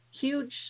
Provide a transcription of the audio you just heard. huge